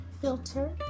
filter